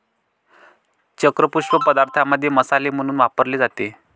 चक्र पुष्प पदार्थांमध्ये मसाले म्हणून वापरले जाते